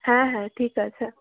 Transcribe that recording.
হ্যাঁ হ্যাঁ ঠিক আছে